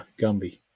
Gumby